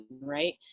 right